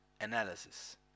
analysis